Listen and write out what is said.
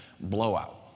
blowout